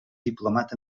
diplomat